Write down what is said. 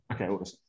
Okay